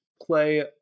play